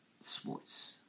sports